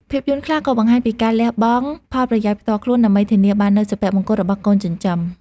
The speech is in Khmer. ភាពយន្តខ្លះក៏បង្ហាញពីការលះបង់ផលប្រយោជន៍ផ្ទាល់ខ្លួន ដើម្បីធានាបាននូវសុភមង្គលរបស់កូនចិញ្ចឹម។